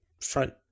front